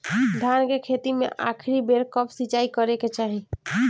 धान के खेती मे आखिरी बेर कब सिचाई करे के चाही?